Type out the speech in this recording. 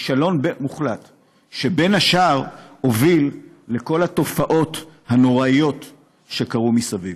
כישלון מוחלט שבין השאר הוביל לכל התופעות הנוראיות שקרו מסביב.